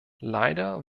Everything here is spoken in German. leider